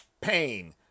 pain